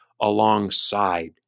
alongside